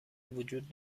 وجود